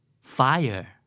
Fire